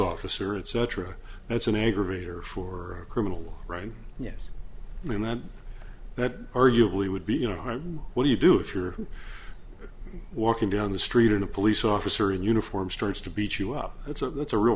officer etc that's an aggravator for a criminal right yes i mean that that arguably would be you know what do you do if you're walking down the street and a police officer in uniform starts to beat you up that's it that's a real